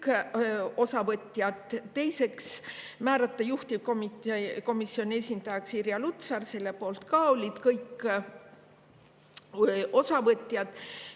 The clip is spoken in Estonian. kõik osavõtjad. Teiseks, määrata juhtivkomisjoni esindajaks Irja Lutsar, selle poolt olid ka kõik osavõtjad.